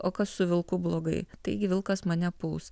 o kas su vilku blogai taigi vilkas mane puls